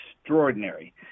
extraordinary